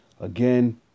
Again